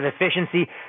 efficiency